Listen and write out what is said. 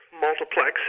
multiplex